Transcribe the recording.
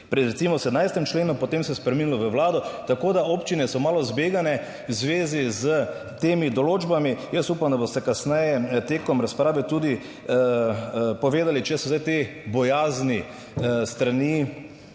pri recimo 17. členu, potem se je spremenilo v Vlado, tako da občine so malo zbegane v zvezi s temi določbami. Jaz upam, da boste kasneje tekom razprave tudi povedali, če so zdaj te bojazni s strani